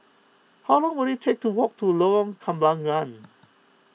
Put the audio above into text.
how long will it take to walk to Lorong Kembangan